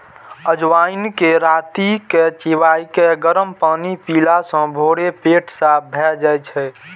अजवाइन कें राति मे चिबाके गरम पानि पीला सं भोरे पेट साफ भए जाइ छै